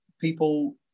people